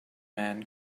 man